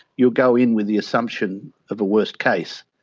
you'll go in with the assumption of a worst case.